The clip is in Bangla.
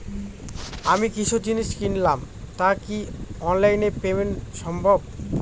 আমি কিছু জিনিস কিনলাম টা কি অনলাইন এ পেমেন্ট সম্বভ?